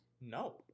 No